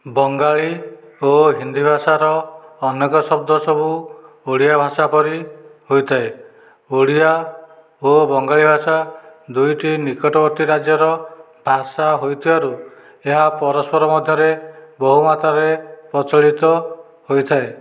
ବଙ୍ଗାଳୀ ଓ ହିନ୍ଦୀ ଭାଷାର ଅନେକ ଶବ୍ଦସବୁ ଓଡ଼ିଆ ଭାଷା ପରି ହୋଇଥାଏ ଓଡ଼ିଆ ଓ ବଙ୍ଗାଳୀ ଭାଷା ଦୁଇଟି ନିକଟବର୍ତ୍ତୀ ରାଜ୍ୟର ଭାଷା ହୋଇଥିବାରୁ ଏହା ପରସ୍ପର ମଧ୍ୟରେ ବହୁମାତ୍ରାରେ ପ୍ରଚଳିତ ହୋଇଥାଏ